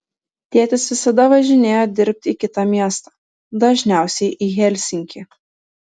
tėtis visada važinėjo dirbti į kitą miestą dažniausiai į helsinkį